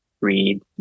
read